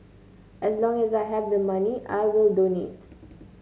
as long as I have the money I will donate